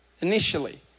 initially